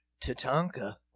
Tatanka